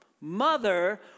Mother